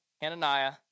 Hananiah